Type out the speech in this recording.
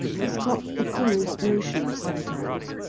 he's got the queerest notions sometimes.